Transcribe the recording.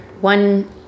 one